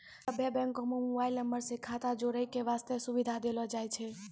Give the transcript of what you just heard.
सभ्भे बैंको म मोबाइल नम्बर से खाता क जोड़ै बास्ते सुविधा देलो जाय छै